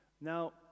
Now